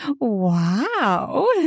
Wow